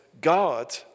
God